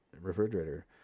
refrigerator